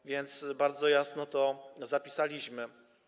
A więc bardzo jasno to zapisaliśmy.